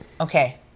okay